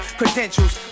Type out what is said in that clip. credentials